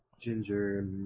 Ginger